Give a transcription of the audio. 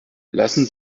lassen